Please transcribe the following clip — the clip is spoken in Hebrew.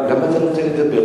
למה אתה לא נותן לי לדבר?